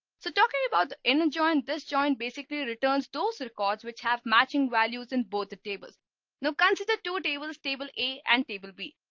so talking about inner join this joint basically returns to circuits which have matching values in both the tables now consider two tables table a and table b.